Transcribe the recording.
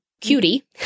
cutie